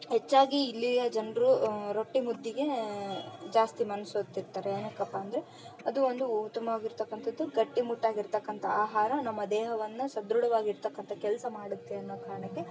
ಹೆಚ್ಚಾಗಿ ಇಲ್ಲಿಯ ಜನರು ರೊಟ್ಟಿ ಮುದ್ದೆಗೇ ಜಾಸ್ತಿ ಮನಸೋತಿರ್ತಾರೆ ಏನಕಪ್ಪ ಅಂದರೆ ಅದು ಒಂದು ಉತ್ತಮವಾಗಿರತಕ್ಕಂಥದ್ದು ಗಟ್ಟಿಮುಟ್ಟಾಗಿ ಇರತಕ್ಕಂಥ ಆಹಾರ ನಮ್ಮ ದೇಹವನ್ನು ಸದೃಢವಾಗಿರತಕ್ಕಂಥ ಕೆಲಸ ಮಾಡುತ್ತೆ ಅನ್ನೋ ಕಾರಣಕ್ಕೆ